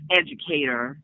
educator